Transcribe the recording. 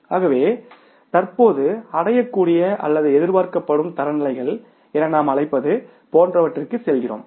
ஆகவே தற்போது அடையக்கூடிய அல்லது எதிர்பார்க்கப்படும் தரநிலைகள் என நாம் அழைப்பது போன்றவற்றிற்கு செல்கிறோம்